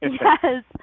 Yes